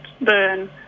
burn